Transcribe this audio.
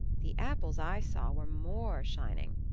the apples i saw were more shining,